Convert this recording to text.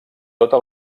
tota